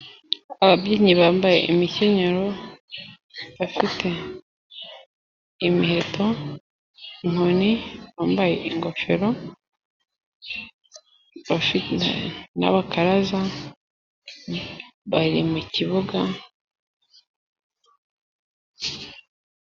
Ababyinnyi bambaye imikenyero, bafite; imiheto, inkoni, bambaye ingofero, n'abakaraza bari mu kibuga,..